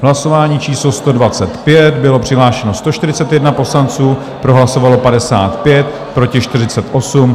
Hlasování číslo 125, bylo přihlášeno 141 poslanců, pro hlasovalo 55, proti 48.